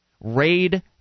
Raid